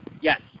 Yes